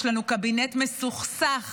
יש לנו קבינט מסוכסך